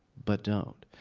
but don't.